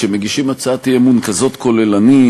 כשמגישים הצעת אי-אמון כזאת כוללנית,